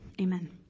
Amen